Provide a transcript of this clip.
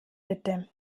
bitte